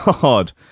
god